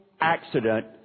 accident